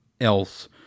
else